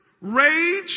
rage